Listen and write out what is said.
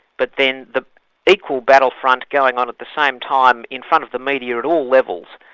but then the equal battlefront going on at the same time in front of the media at all levels,